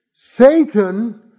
Satan